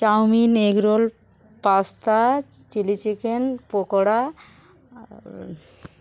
chowmein egg roll pasta chilli chicken pakora R